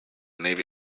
navy